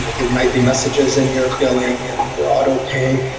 ah your nightly messages and your billing and your auto pay.